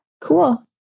cool